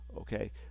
Okay